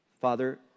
Father